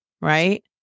Right